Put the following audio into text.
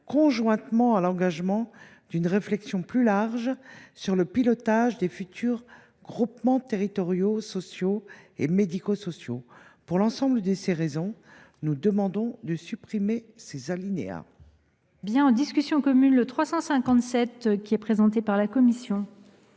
conjointement à l’engagement d’une réflexion plus large sur le pilotage des futurs groupements territoriaux sociaux et médico sociaux. Pour l’ensemble de ces raisons, nous demandons de supprimer ces alinéas.